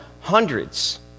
hundreds